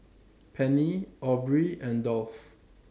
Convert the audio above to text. Penny Aubrey and Dolph